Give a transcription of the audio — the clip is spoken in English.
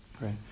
right